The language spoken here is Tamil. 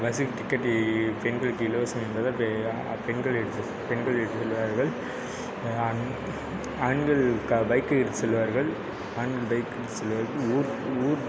பஸ்ஸில் டிக்கெட்டு பெண்களுக்கு இலவசம் என்பதால் பெண்களை ஏற்றுக் பெண்களை ஏற்றிக்கொள்வார்கள் ஆண் ஆண்கள் பைக்கு எடுத்து செல்வார்கள் ஆண்கள் பைக் எடுத்து செல்வார்கள் ஊர் ஊர்